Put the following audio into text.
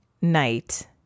night